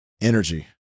energy